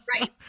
Right